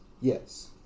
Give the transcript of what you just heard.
Yes